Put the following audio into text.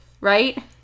Right